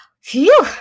Phew